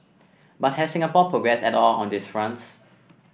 but has Singapore progressed at all on these fronts